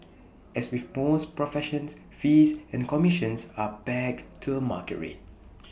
as with most professions fees and commissions are pegged to A market rate